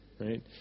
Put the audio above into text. right